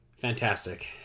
Fantastic